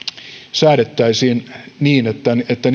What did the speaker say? säädettäisiin niin että niihin ei